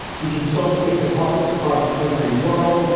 he consults with departments across the country and world.